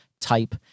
type